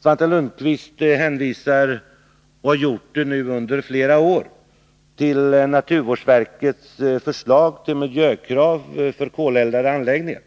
Svante Lundkvist hänvisar — och har gjort det nu under flera år — till naturvårdsverkets förslag till miljökrav för koleldade anläggningar.